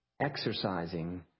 exercising